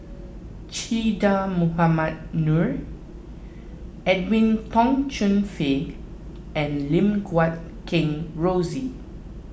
Che Dah Mohamed Noor Edwin Tong Chun Fai and Lim Guat Kheng Rosie